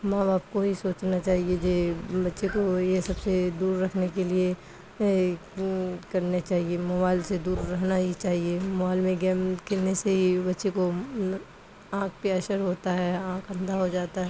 ماں باپ کو ہی سوچنا چاہیے جے بچے کو یہ سب سے دور رکھنے کے لیے کرنے چاہیے موائل سے دور رہنا ہی چاہیے موائل میں گیم کھیلنے سے ہی بچے کو آنکھ پہ اثر ہوتا ہے آنکھ اندھا ہو جاتا ہے